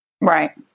Right